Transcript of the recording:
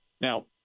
Now